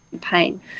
pain